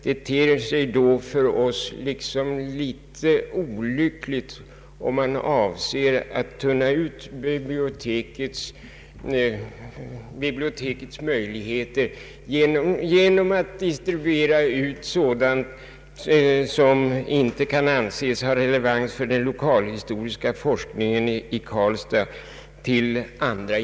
Det ter sig för oss som olyckligt, om man avser att tunna ut bibliotekets möjligheter genom att till andra institutioner överlämna sådant som inte kan anses ha relevans för den lokalhistoriska forskningen i Karlstad.